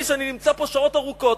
אני נמצא פה שעות ארוכות,